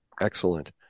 Excellent